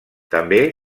també